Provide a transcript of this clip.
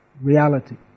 reality